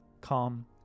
calm